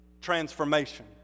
transformation